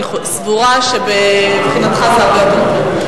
אני סבורה שמבחינתך זה הרבה יותר טוב.